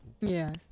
Yes